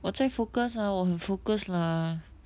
我在 focus ah 我很 focus lah